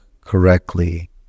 correctly